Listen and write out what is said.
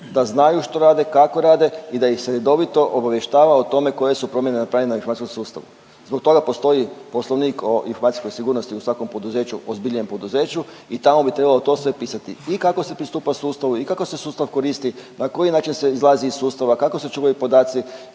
da znaju šta rade, kako rade i da ih se redovito obavještava o tome koje su promjene napravljene u informacijskom sustavu. Zbog toga postoji Poslovnik o informacijskoj sigurnosti u svakom poduzeću, ozbiljnijem poduzeću i tamo bi trebalo to sve pisati i kako se pristupa sustavu i kako se sustav koristi, na koji način se izlazi iz sustava, kako se čuvaju podaci,